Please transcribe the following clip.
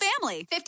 family